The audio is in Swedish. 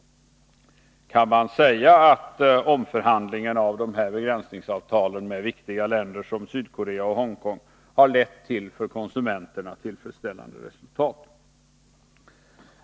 Kan man säga att omförhandlingarna med viktiga länder som Sydkorea och Hongkong beträffande dessa begränsningsavtal har lett till för konsumenterna tillfredsställande resultat?